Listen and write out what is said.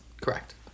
correct